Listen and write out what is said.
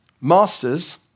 Masters